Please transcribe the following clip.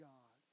God